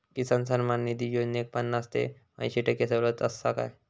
किसान सन्मान निधी योजनेत पन्नास ते अंयशी टक्के सवलत आसा काय?